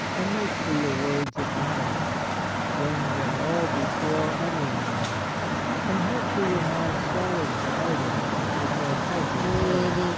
and make for your words a balance weighing them all before utter ing them and have for your mouth solid bridles which are tightly held,